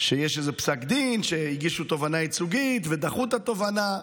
שיש איזשהו פסק דין והגישו תובענה ייצוגית ודחו את התובענה.